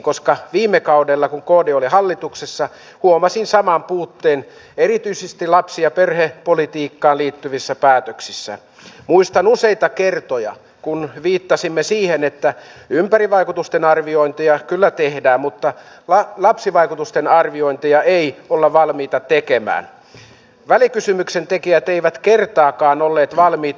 mutta pääasia tässä puheenvuorossa oli hallituksessa huomasin saman puutteen erityisesti lapsi ja perhepolitiikkaan liittyvissä päätöksissä nimenomaan se että minusta on hyvä että sekä turvapaikanhakijoilla maahanmuuttajilla yleisesti että suomalaisilla on mahdollisuus päästä tekemään työtä on se vapaaehtoistyötä tai sitten oikeata työtä